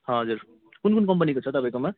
हजुर कुन कुन कम्पनीको छ तपाईँकोमा